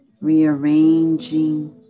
Rearranging